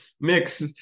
mix